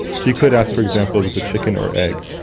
you could ask, for example, is this a chicken or egg?